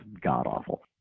god-awful